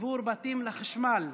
חיבור בתים לחשמל),